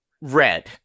red